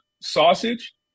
sausage